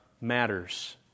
matters